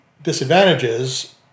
disadvantages